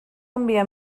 enviar